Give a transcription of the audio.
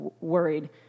worried